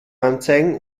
anzeigen